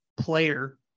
player